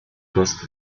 kost